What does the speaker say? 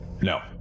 No